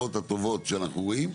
התוצאות הטובות שאנחנו רואים,